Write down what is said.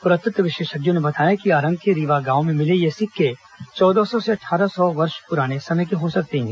पुरातत्व विशेषज्ञों ने बताया कि आरंग के रीवा गांव में मिले ये सिक्के चौदह सौ से अट्ठारह वर्ष पुराने समय के हो सकते हैं